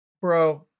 Bro